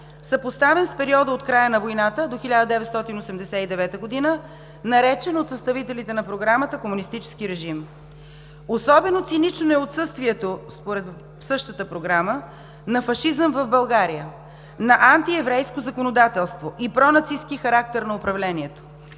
съпоставен с периода от края на войната до 1989 г., наречен от съставителите на програмата „комунистически режим“. Особено цинично е отсъствието, според същата програма, на фашизъм в България, на антиеврейско законодателство и пронацистки характер на управлението,